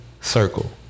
circle